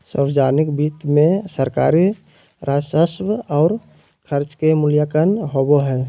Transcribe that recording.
सावर्जनिक वित्त मे सरकारी राजस्व और खर्च के मूल्यांकन होवो हय